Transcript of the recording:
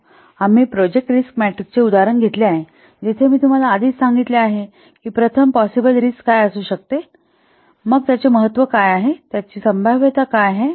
पहा आम्ही project risk मॅट्रिक्सचे उदाहरण घेतले आहे जिथे मी तुम्हाला आधीच सांगितले आहे की प्रथम पॉसिबल रिस्क काय असू शकते हे आम्ही लिहितो मग त्यांचे महत्त्व काय आहे आणि त्यांची संभाव्यता काय आहे